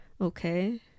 Okay